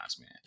man